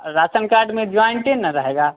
ration card में जॉइन्टे ही न रहेगा